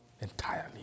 Entirely